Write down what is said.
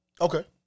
Okay